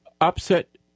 upset